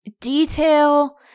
detail